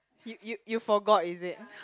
you you you forgot is it